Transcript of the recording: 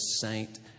saint